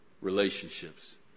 relationships